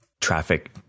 traffic